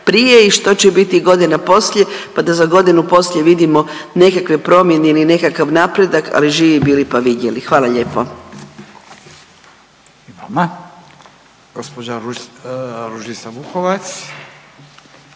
prije i što će biti godina poslije, pa da za godinu poslije vidimo nekakve promjene ili nekakav napredak, ali živi bili pa vidjeli. Hvala lijepo.